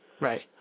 Right